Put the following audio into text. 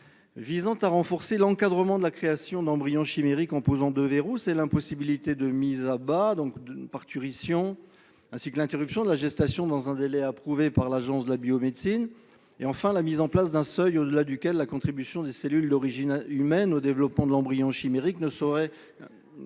visant à renforcer l'encadrement de la création d'embryons chimériques, en imposant deux verrous : d'une part, l'impossibilité de mise à bas et de parturition, ainsi que l'interruption de la gestation dans un délai approuvé par l'Agence de la biomédecine ; d'autre part, la mise en place d'un seuil que la contribution des cellules d'origine humaine au développement de l'embryon chimérique ne saurait